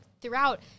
throughout –